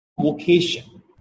vocation